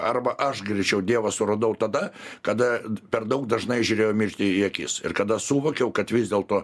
arba aš greičiau dievą suradau tada kada per daug dažnai žiūrėjau į akis ir kada suvokiau kad vis dėlto